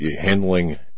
handling